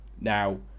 Now